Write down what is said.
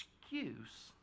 excuse